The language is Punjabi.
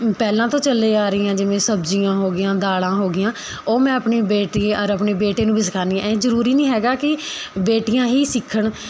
ਪਹਿਲਾਂ ਤੋਂ ਚੱਲੇ ਆ ਰਹੀਆਂ ਜਿਵੇਂ ਸਬਜ਼ੀਆਂ ਹੋਗੀਆਂ ਦਾਲ਼ਾਂ ਹੋਗੀਆਂ ਉਹ ਮੈਂ ਆਪਣੀ ਬੇਟੀ ਔਰ ਆਪਣੀ ਬੇਟੇ ਨੂੰ ਵੀ ਸਿਖਾਉਂਦੀ ਹਾਂ ਇਹ ਜ਼ਰੂਰੀ ਨਹੀਂ ਹੈਗਾ ਕਿ ਬੇਟੀਆਂ ਹੀ ਸਿੱਖਣ